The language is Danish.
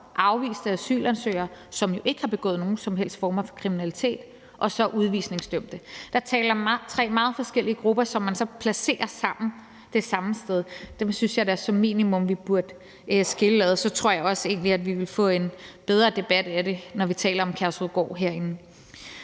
afviste asylansøgere, som jo ikke har begået nogen som helst former for kriminalitet, og så udvisningsdømte. Der er tale om tre meget forskellige grupper, som man så placerer sammen det samme sted. Dem synes jeg da som minimum vi burde skille ad, og så tror jeg egentlig også, vi ville få en bedre debat om det, når vi taler om Kærshovedgård herinde.